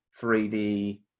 3d